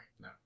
No